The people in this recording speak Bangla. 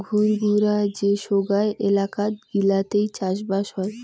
ঘুরঘুরা যে সোগায় এলাকাত গিলাতে চাষবাস হই